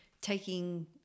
taking